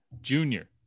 Junior